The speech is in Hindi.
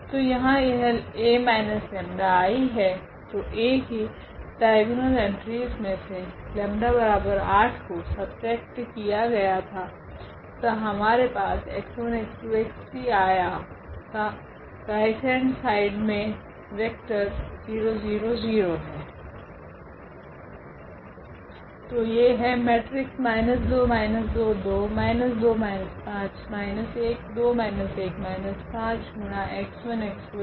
तो यहाँ यह A 𝜆I है तो A की डाइगोनल एंट्रीस मे से 𝜆8 को सबट्रेक्ट किया गया था तथा हमारे पास 𝑥1𝑥2𝑥3T आया तथा राइट हेंड साइड मे वेक्टर 000T है